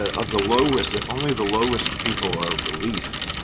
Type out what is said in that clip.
of the low-risk, if only the low-risk people are released,